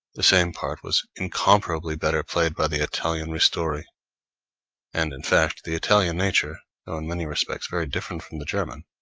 the same part was incomparably better played by the italian ristori and, in fact, the italian nature, though in many respects very different from the german,